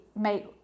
make